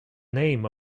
name